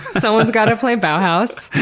someone's gotta play bauhaus.